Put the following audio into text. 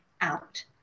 out